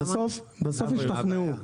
בסוף הם השתכנעו.